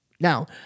Now